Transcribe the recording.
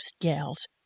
gals